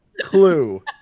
clue